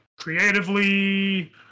creatively